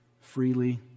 freely